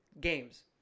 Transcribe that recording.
games